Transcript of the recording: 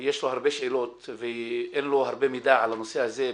יש לו הרבה שאלות ואין לו הרבה מידע על הנושא הזה,